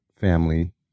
family